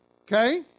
okay